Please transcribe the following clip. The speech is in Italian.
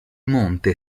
monte